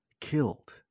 killed